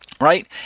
right